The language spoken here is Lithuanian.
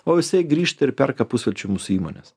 o jisai grįžta ir perka pusvelčiu mūsų įmones